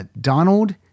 Donald